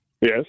Yes